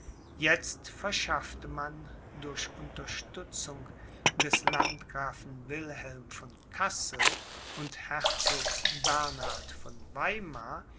jetzt verschaffte man durch unterstützung des landgrafen wilhelm von kassel und herzogs bernhard von weimar